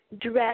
dress